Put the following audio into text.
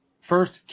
first